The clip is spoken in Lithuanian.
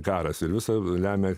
karas ir visa lemia